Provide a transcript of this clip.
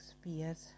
spheres